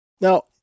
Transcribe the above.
now